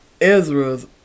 Ezra's